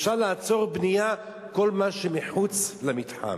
אפשר לעצור בנייה, כל מה שמחוץ למתחם.